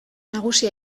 nagusi